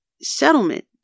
settlement